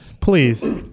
please